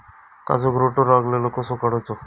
काजूक रोटो लागलेलो कसो काडूचो?